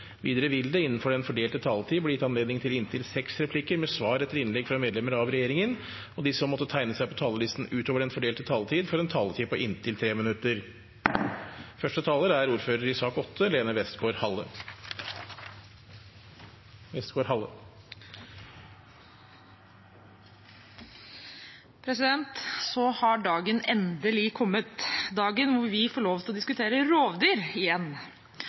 Videre vil det – innenfor den fordelte taletid – bli gitt anledning til inntil seks replikker med svar etter innlegg fra medlemmer av regjeringen, og de som måtte tegne seg på talerlisten utover den fordelte taletid, får en taletid på inntil 3 minutter. Så har dagen endelig kommet, dagen da vi får lov til å diskutere rovdyr igjen,